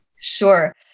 Sure